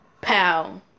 Pow